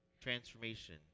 transformation